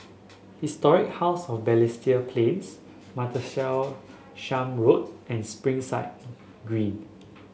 Historic House of Balestier Plains Martlesham Road and Springside Green